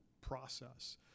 process